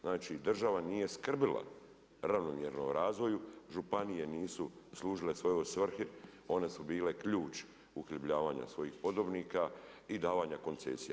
Znači država nije skrbila o ravnomjernom razvoju, županije nisu služile svojoj svrhi, one su bile ključ uhljebljivanja svojih podobnika i davanja koncesija.